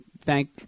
thank